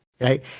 Right